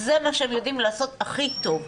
זה מה שהם יודעים לעשות הכי טוב.